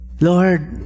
Lord